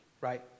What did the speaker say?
Right